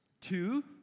two